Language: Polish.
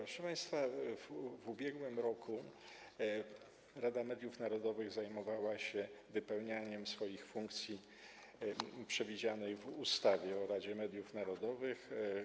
Proszę państwa, w ubiegłym roku Rada Mediów Narodowych zajmowała się wypełnianiem swoich funkcji przewidzianych w ustawie o Radzie Mediów Narodowych.